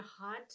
hot